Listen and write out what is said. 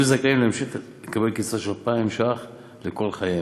יהיו זכאים להמשיך לקבל קצבה בסך 2,000 ש"ח לכל חייהם.